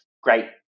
great